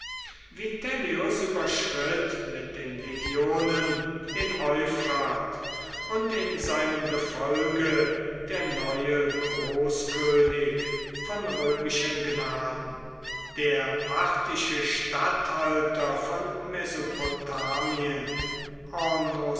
überschritt mit den legionen den euphrat und in seinem gefolge der neue großkönig von römischen gnaden der parthische statthalter von mesopotamien